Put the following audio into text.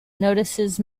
notices